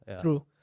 true